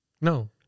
No